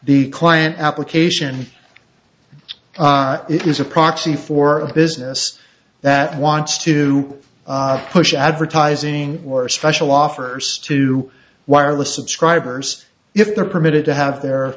the client application it is a proxy for a business that wants to push advertising or special offers to wireless subscribers if they're permitted to have their